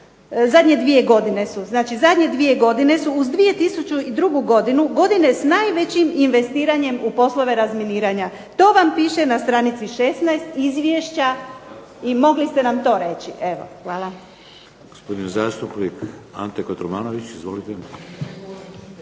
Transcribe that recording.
zadnje 2 godine su uz 2002. godinu godine s najvećim investiranjem u poslove razminiranja. To vam piše na str. 16. izvješća i mogli ste nam to reći. Evo,